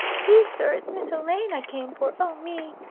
please, sir, it's miss elaine i came for. oh, me!